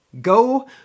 go